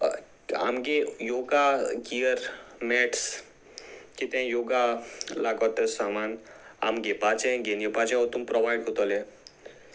आमगे yoga gear mats कितें yoga लागता ते सामान आम घेवपाचें घेवन येवपाचें तून प्रोवायड करतले